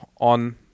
on